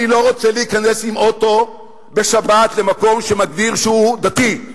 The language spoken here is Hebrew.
אני לא רוצה להיכנס עם אוטו בשבת למקום שמגדיר שהוא דתי,